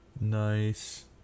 Nice